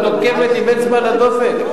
את עוקבת עם אצבע על הדופק.